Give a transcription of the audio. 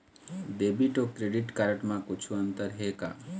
Debit अऊ credit card म कुछू अंतर हे का?